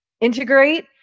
integrate